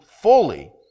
fully